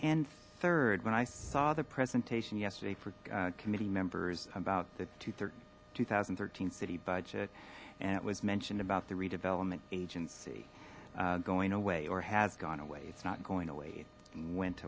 and third when i saw the presentation yesterday for committee members about the two thirty two thousand thirteen city budget and it was mentioned about the redevelopment agency going away or has gone away it's not going away it went